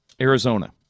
Arizona